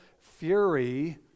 fury